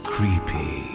Creepy